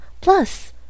Plus